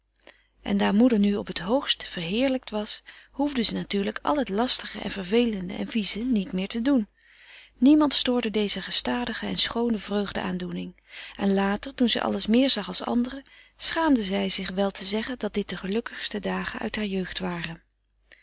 en daar moeder nu op t hoogst verheerlijkt was hoefde ze natuurlijk al het lastige en vervelende en vieze niet meer te doen niemand stoorde deze gestadige en schoone vreugde aandoening en later toen zij alles meer zag als anderen schaamde zij zich wel te zeggen dat dit de gelukkigste dagen uit haar jeugd waren